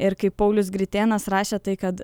ir kaip paulius gritėnas rašė tai kad